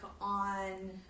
on